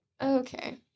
Okay